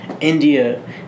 India